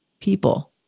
people